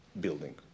building